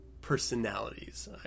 personalities